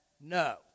No